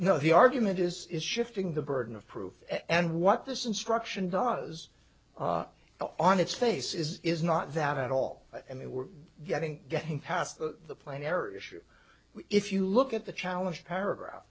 no the argument is is shifting the burden of proof and what this instruction does on its face is is not that at all and they were getting getting past the plane error issue if you look at the challenge paragraph